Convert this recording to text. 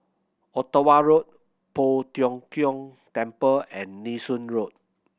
Ottawa Road Poh Tiong Kiong Temple and Nee Soon Road